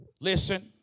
listen